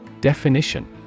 Definition